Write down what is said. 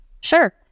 Sure